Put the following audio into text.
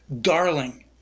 darling